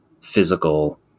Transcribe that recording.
physical